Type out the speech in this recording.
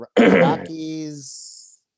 Rockies